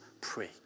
pray